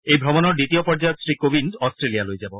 এই ভ্ৰমণৰ দ্বিতীয় পৰ্যায়ত শ্ৰী কোবিন্দ অষ্ট্ৰেলিয়ালৈ যাব